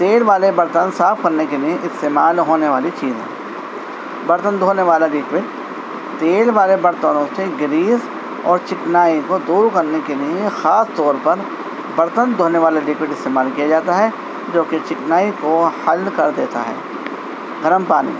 تیل والے برتن صاف کرنے کے لیے استعمال ہونے والی چیزیں برتن دھونے والا لکوڈ تیل والے برتنوں سے گریس اور چکنائی کو دور کرنے کے لیے خاص طور پر برتن دھونے والا لکوڈ استعمال کیا جاتا ہے جو کہ چکنائی کو حل کر دیتا ہے گرم پانی